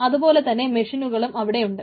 അതുപോലെ തന്നെ മെഷീനുകളും അവിടെയുണ്ട്